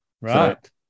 Right